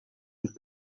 and